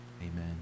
Amen